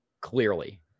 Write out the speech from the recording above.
Clearly